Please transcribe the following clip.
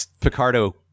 Picardo